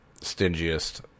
stingiest